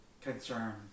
concern